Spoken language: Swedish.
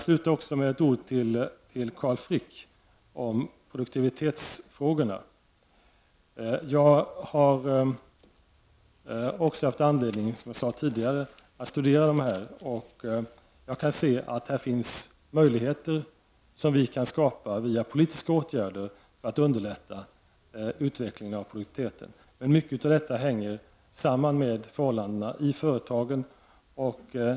Slutligen några ord till Carl Frick om produktivitetsfrågorna. Jag har också haft anledning, som jag sade tidigare, att studera de frågorna, och jag kan säga att vi med politiska åtgärder kan skapa möjligheter att underlätta produktivitetsutvecklingen. Men mycket av detta hänger samman med förhållandena i företagen.